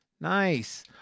Nice